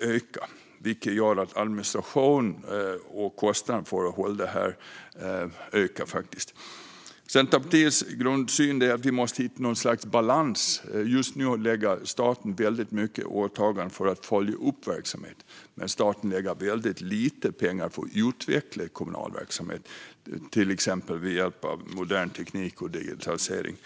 ökar, vilket gör att administrationen och kostnaden för detta ökar. Centerpartiets grundsyn är att vi måste hitta något slags balans. Just nu lägger staten väldigt mycket resurser på att följa upp kommunal verksamhet men väldigt lite pengar på att utveckla den, till exempel med hjälp av modern teknik och digitalisering.